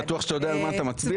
אתה בטוח שאתה יודע על מה אתה מצביע?